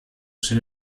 ser